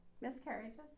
miscarriages